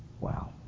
Wow